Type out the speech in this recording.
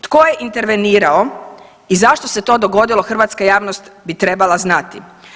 Tko je intervenirao i zašto se to dogodilo hrvatska javnost bi trebala znati.